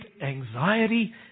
anxiety